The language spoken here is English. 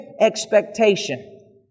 expectation